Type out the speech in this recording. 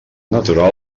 natural